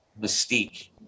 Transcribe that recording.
Mystique